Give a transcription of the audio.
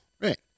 Right